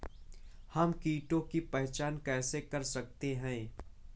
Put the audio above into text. हम कीटों की पहचान कैसे कर सकते हैं?